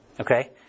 Okay